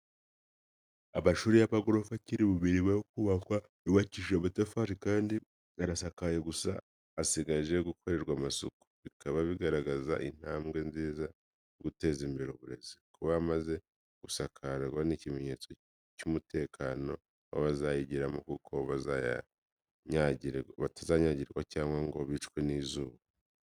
Amashuri y'amagorofa akiri mu mirimo yo kubakwa, yubakishije amatafari kandi arasakaye, gusa asigaje gukorerwa amasuku. Bikaba bigaragaza intambwe nziza mu guteza imbere uburezi. Kuba amaze gusakarwa ni ikimenyetso cy’umutekano w’abazayigiramo, kuko batazanyagirwa cyangwa ngo bicwe n'izuba.